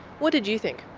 what did you think?